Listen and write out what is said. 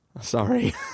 sorry